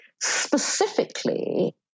specifically